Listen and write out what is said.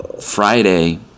friday